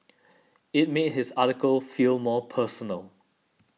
it made his article feel more personal